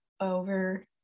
over